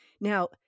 Now